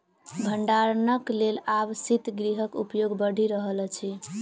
भंडारणक लेल आब शीतगृहक उपयोग बढ़ि रहल अछि